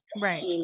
Right